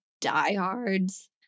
diehards